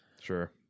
sure